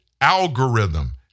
Algorithm